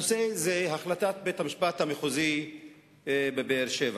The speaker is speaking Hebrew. הנושא הוא החלטת בית-המשפט המחוזי בבאר-שבע.